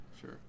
Sure